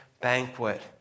banquet